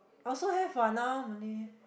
I also have what now malay